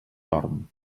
dorm